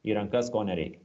į rankas ko nereikia